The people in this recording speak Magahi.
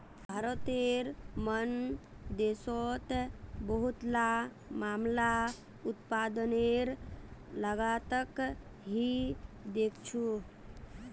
भारतेर मन देशोंत बहुतला मामला उत्पादनेर लागतक ही देखछो